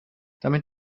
damit